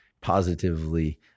positively